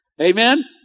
Amen